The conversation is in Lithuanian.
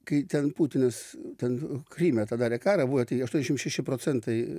kai ten putinas ten kryme tą darė karą buvo aštuoniasdešim šeši procentai